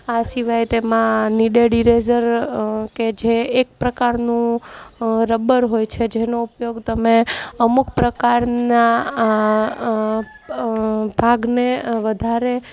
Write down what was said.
આ સિવાય તેમાં નીડેડી રેઝર કે જે એક પ્રકારનો રબર હોય છે જેનો ઉપયોગ તમે અમુક પ્રકારના આ ભાગને વધારે